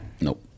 Nope